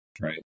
right